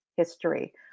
History